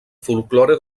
folklore